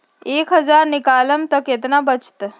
एक हज़ार निकालम त कितना वचत?